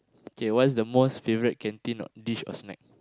okay what's the most favourite canteen dish or snack